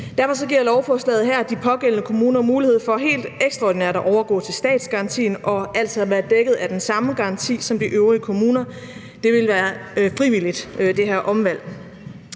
Derfor giver lovforslaget her de pågældende kommuner mulighed for helt ekstraordinært at overgå til statsgarantien og altså være dækket af den samme garanti, som de øvrige kommuner, og det her omvalg vil være frivilligt. Et omvalg